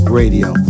radio